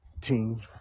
team